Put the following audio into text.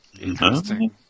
interesting